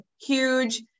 huge